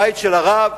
הבית של הרב,